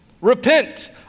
repent